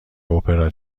اپرا